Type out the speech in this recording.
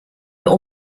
der